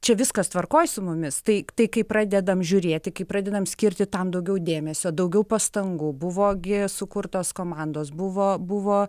čia viskas tvarkoj su mumis tai tai kai pradedam žiūrėti kai pradedam skirti tam daugiau dėmesio daugiau pastangų buvo gi sukurtos komandos buvo buvo